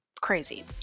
Crazy